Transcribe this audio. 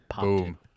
Boom